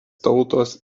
tautos